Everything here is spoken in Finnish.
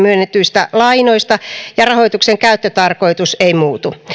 myönnetyistä lainoista ja rahoituksen käyttötarkoitus ei muutu